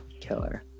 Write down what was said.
Killer